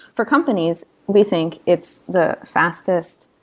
for companies, we think it's the fastest,